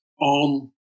on